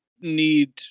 need